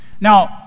Now